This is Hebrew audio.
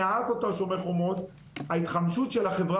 מאז אותו "שומר החומות" ההתחמשות של החברה